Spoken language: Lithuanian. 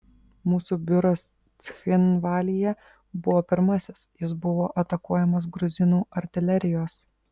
mūsų biuras cchinvalyje buvo pirmasis jis buvo atakuojamas gruzinų artilerijos